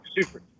Super